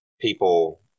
people